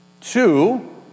Two